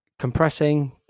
compressing